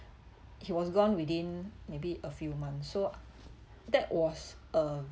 he was gone within maybe a few months so that was a